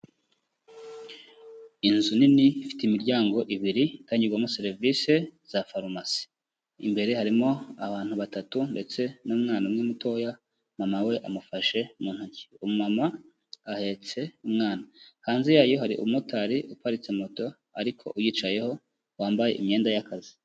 Inzu nini ifite imiryango ibiri itangirwamo serivisi za farumasi. Imbere harimo abantu batatu ndetse n'umwana umwe mutoya mama we amufashe mu ntoki. Umama ahetse umwana. Hanze yayo hari umumotari uparitse moto ariko uyicayeho wambaye imyenda y'akazi.